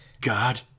God